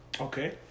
Okay